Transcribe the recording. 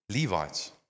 Levites